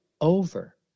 over